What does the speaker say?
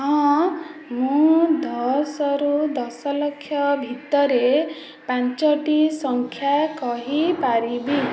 ହଁ ମୁଁ ଦଶ ରୁ ଦଶ ଲକ୍ଷ ଭିତରେ ପାଞ୍ଚଟି ସଂଖ୍ୟା କହିପାରିବି